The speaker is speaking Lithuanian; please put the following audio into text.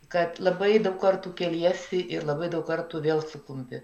kad labai daug kartų keliesi ir labai daug kartų vėl suklumpi